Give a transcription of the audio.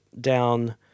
down